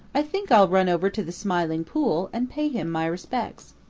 i think i'll run over to the smiling pool and pay him my respects.